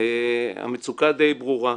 המצוקה די ברורה.